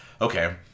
okay